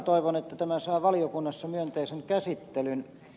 toivon että tämä saa valiokunnassa myönteisen käsittelyn